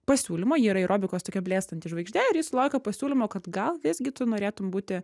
pasiūlymo jį aerobikos tokio blėstantį žvaigžde ir ji sulaukė pasiūlymo kad gal visgi tu norėtum būti